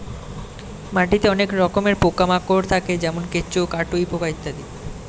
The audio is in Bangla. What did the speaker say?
মাটিতে অনেক রকমের পোকা মাকড় থাকে যেমন কেঁচো, কাটুই পোকা ইত্যাদি